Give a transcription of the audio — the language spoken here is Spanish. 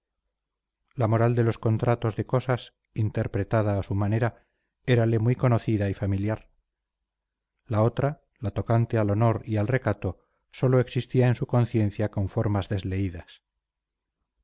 la moral de los contratos de cosas interpretada a su manera érale muy conocida y familiar la otra la tocante al honor y al recato sólo existía en su conciencia con formas desleídas